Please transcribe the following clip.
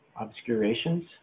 obscurations